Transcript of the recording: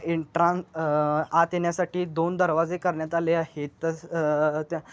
एंट्रान आत येण्यासाठी दोन दरवाजे करण्यात आले आहेत तसं त्या